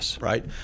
right